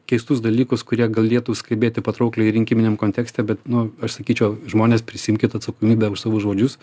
keistus dalykus kurie galėtų skambėti patraukliai rinkiminiam kontekste bet nu aš sakyčiau žmonės prisiimkit atsakomybę už savo žodžius